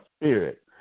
spirit